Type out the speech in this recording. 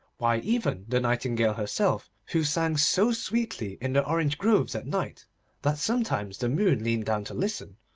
why, even the nightingale herself, who sang so sweetly in the orange groves at night that sometimes the moon leaned down to listen,